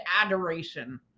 adoration